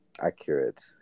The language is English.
accurate